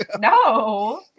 No